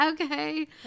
okay